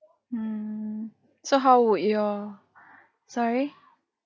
mm so how would your sorry